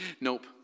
nope